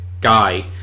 guy